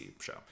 show